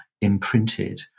imprinted